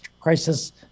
crisis